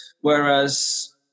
Whereas